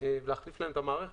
ולהחליף את המערכת.